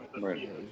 Right